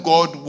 God